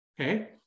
okay